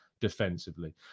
defensively